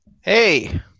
Hey